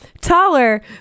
taller